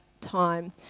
time